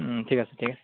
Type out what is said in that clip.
ঠিক আছে ঠিক আছে